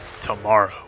tomorrow